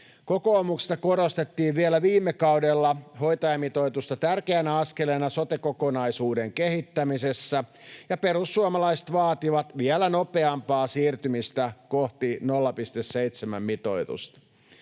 Kokoomuksesta korostettiin vielä viime kaudella hoitajamitoitusta tärkeänä askeleena sote-kokonaisuuden kehittämisessä ja perussuomalaiset vaativat vielä nopeampaa siirtymistä kohti 0,7:n mitoitusta.